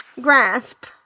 Grasp